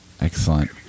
Excellent